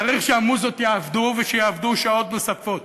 צריך שהמוזות יעבדו, ושיעבדו שעות נוספות.